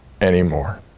anymore